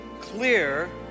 clear